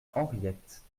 henriette